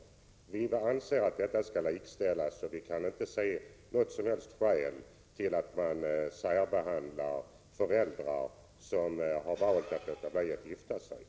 Vi anser att det bör ske ett likställande, och vi kan inte se något som helst skäl till att särbehandla föräldrar som valt att låta bli att gifta sig.